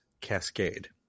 Cascade